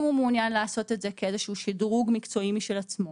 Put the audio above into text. אם הוא מעוניין לעשות את זה כאיזשהו שדרוג מקצועי משל עצמו,